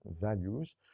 values